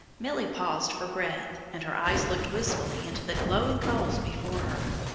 milly paused for breath, and her eyes looked wistfully into the glowing coals before her.